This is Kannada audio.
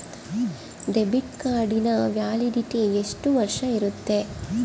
ಡೆಬಿಟ್ ಕಾರ್ಡಿನ ವ್ಯಾಲಿಡಿಟಿ ಎಷ್ಟು ವರ್ಷ ಇರುತ್ತೆ?